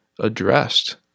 addressed